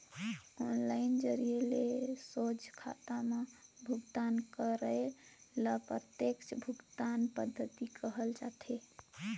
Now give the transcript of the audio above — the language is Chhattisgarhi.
ऑनलाईन जरिए ले सोझ खाता में भुगतान करई ल प्रत्यक्छ भुगतान पद्धति कहल जाथे